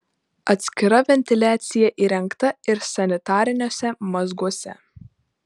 atskira ventiliacija įrengta ir sanitariniuose mazguose